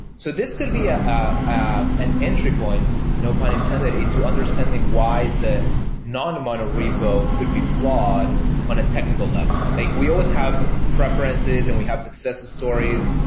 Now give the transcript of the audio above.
so this could be ah ah an entry point, no pun intended, into understanding why the non-monorepo could be flawed on a technical level. like we always have preferences and we have success stories,